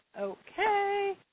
Okay